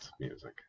music